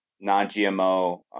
non-GMO